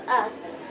asked